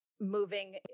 moving